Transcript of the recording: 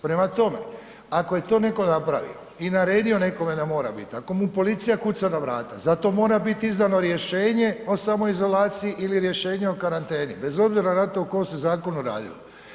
Prema tome, ako je to netko napravio i naredio nekome da mora biti, ako mu policija kuca na vrata za to mora biti izdano rješenje o samoizolaciji ili rješenje o karanteni bez obzira na to o kojem se zakonu radilo.